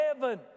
heaven